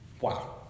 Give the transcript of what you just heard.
Wow